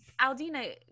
Aldina